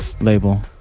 label